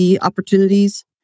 opportunities